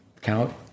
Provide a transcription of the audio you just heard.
count